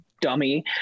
dummy